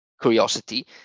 curiosity